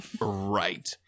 Right